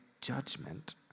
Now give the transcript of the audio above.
judgment